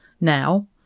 now